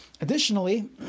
Additionally